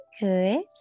good